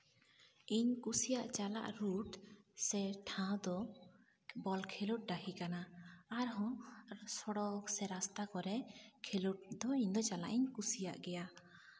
ᱤᱧ ᱠᱩᱥᱤᱭᱟᱜ ᱪᱟᱞᱟᱜ ᱨᱩᱴ ᱥᱮ ᱴᱷᱟᱶ ᱫᱚ ᱵᱚᱞ ᱠᱷᱮᱞᱚᱜ ᱰᱟ ᱦᱤ ᱠᱟᱱᱟ ᱟᱨᱦᱚᱸ ᱥᱚᱲᱚᱠ ᱥᱮ ᱨᱟᱥᱛᱟ ᱠᱚᱨᱮ ᱠᱷᱮᱞᱳᱰ ᱫᱚ ᱤᱧ ᱫᱚ ᱪᱟᱞᱟᱜ ᱤᱧ ᱠᱩᱥᱤᱭᱟᱜ ᱜᱮᱭᱟ